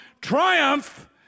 triumph